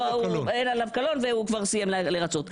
אין עליו קלון והוא כבר סיים לרצות.